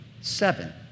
seven